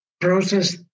process